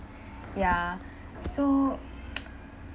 ya so